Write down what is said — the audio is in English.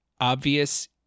obvious